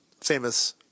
famous